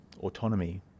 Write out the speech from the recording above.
autonomy